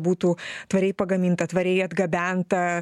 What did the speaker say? būtų tvariai pagaminta tvariai atgabenta